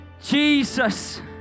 Jesus